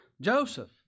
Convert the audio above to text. Joseph